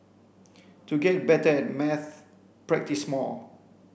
to get better at maths practise more